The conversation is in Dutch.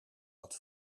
dat